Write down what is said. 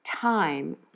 time